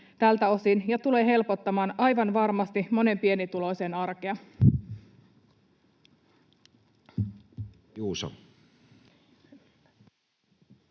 tältä osin ja tulee helpottamaan aivan varmasti monen pienituloisen arkea.